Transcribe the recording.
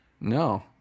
No